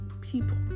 people